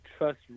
trust